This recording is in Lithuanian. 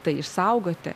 tai išsaugoti